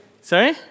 Sorry